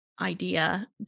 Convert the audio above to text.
idea